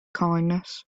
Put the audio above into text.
kindness